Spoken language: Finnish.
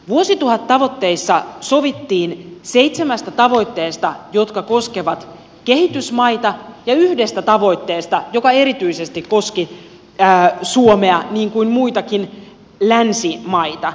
vuosituhattavoitteissa sovittiin seitsemästä tavoitteesta jotka koskevat kehitysmaita ja yhdestä tavoitteesta joka erityisesti koski suomea niin kuin muitakin länsimaita